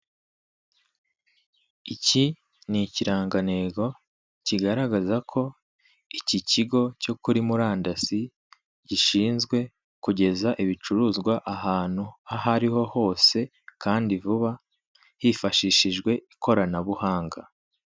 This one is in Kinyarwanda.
Iki ni ikirangantego kigaragaza ko iki kigo cyo kuri murandasi gishinzwe kugeza ibicuruzwa ahantu aho ariho hose kandi vuba, hifashishijwe ikoranabuhanga.